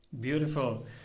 Beautiful